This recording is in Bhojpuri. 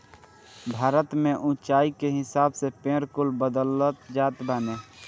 भारत में उच्चाई के हिसाब से पेड़ कुल बदलत जात बाने